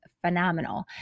phenomenal